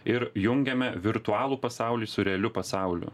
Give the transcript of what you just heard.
ir jungiame virtualų pasaulį su realiu pasauliu